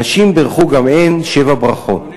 נשים בירכו גם הן שבע ברכות.